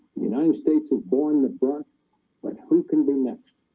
united states has borne the brunt but who can be next?